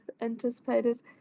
anticipated